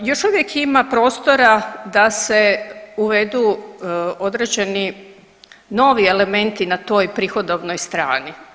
Još uvijek ima prostora da se uvedu određeni novi elementi na toj prihodovnoj stvari.